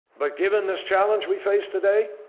but given this challenge we face today?